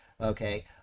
Okay